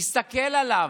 יסתכל עליו,